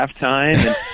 halftime